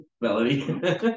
Melody